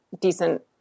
decent